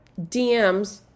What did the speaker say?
DMs